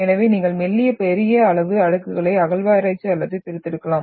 எனவே நீங்கள் மெல்லிய பெரிய அளவு அடுக்குகளை அகழ்வாராய்ச்சி அல்லது பிரித்தெடுக்கலாம்